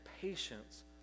patience